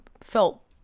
felt